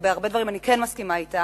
שבהרבה דברים אני כן מסכימה אתה,